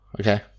Okay